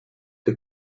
der